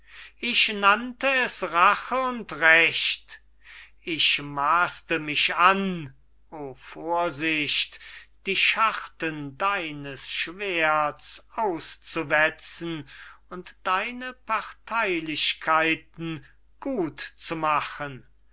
ich nannte es rache und recht ich maßte mich an o vorsicht die scharten deines schwerts auszuwetzen und deine partheylichkeiten gut zu machen